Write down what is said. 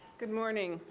good morning.